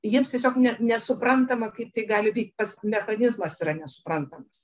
jiems tiesiog ne nesuprantama kaip tai gali vykt tas mechanizmas yra nesuprantamas